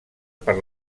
per